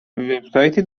وبسایتی